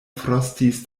frostis